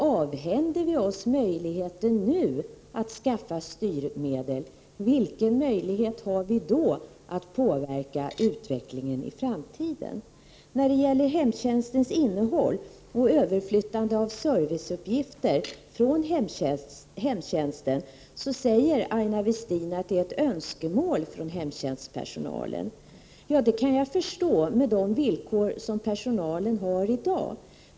Avhänder vi oss möjligheten nu att skaffa styrmedel, vilken möjlighet har vi då att påverka utvecklingen i framtiden? När det gäller hemtjänstens innehåll säger Aina Westin att det är ett önskemål från hemtjänstpersonalen att flytta över vissa serviceuppgifter från hemtjänsten. Det kan jag förstå med tanke på de villkor som personalen har i dag.